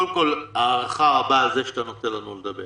קודם כול, הערכה רבה על זה שאתה נותן לנו לדבר